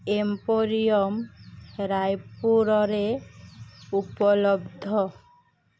emporium ରାୟପୁରରେ ଉପଲବ୍ଧ